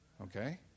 Okay